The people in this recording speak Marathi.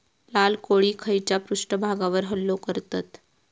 लाल कोळी खैच्या पृष्ठभागावर हल्लो करतत?